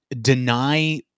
deny